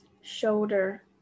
shoulder